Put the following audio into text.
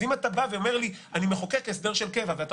אז אם אתה בא ואומר לי אני מחוקק הסדר של קבע ואתה